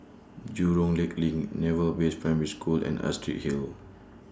Jurong Lake LINK Naval Base Primary School and Astrid Hill